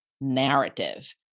narrative